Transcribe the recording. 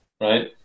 Right